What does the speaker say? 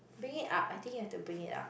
bring it up I think you have to bring it up